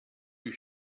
you